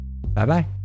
Bye-bye